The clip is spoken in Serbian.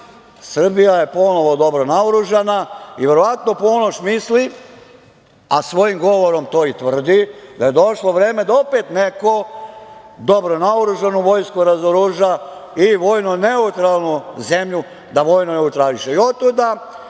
Srbija je ponovo dobro naoružana i verovatno Ponoš misli, a svojim govorom to i tvrdi, da je došlo vreme da opet neko dobro naoružanu vojsku razoruža i vojno neutralnu zemlju da vojno neutrališe.